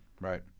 Right